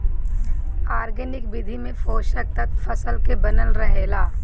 organic विधि में पोषक तत्व फसल के बनल रहेला